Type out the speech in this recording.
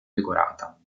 decorata